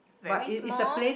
very small